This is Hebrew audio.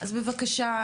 אז בבקשה,